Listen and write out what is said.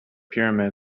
pyramids